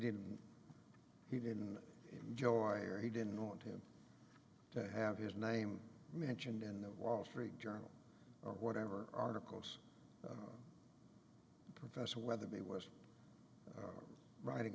didn't he didn't enjoy or he didn't want him to have his name mentioned in the wall street journal or whatever articles professor whether he was writing